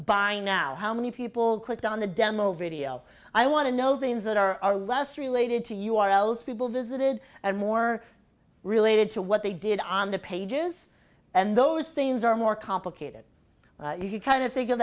by now how many people clicked on the demo video i want to know things that are are less related to u r l s people visited and more related to what they did on the pages and those things are more complicated if you kind of think of